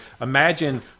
imagine